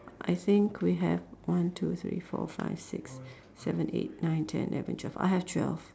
I think we have one two three four five six seven eight nine ten eleven twelve I have twelve